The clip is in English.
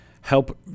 help